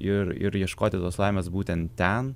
ir ir ieškoti tos laimės būtent ten